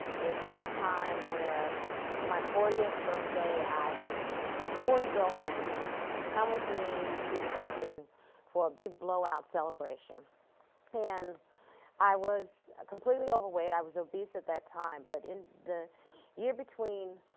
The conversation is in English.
there came a time where for my fortieth birthday i had forty girlfriends come with me to the caribbean for a big blowout celebration and i was completely overweight, i was obese at that time, but in the year between